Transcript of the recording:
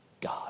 God